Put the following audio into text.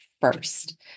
first